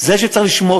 זה שצריך לשמור,